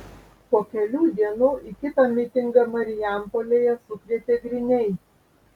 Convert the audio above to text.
po kelių dienų į kitą mitingą marijampolėje sukvietė griniai